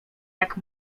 jak